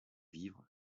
vivres